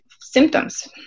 symptoms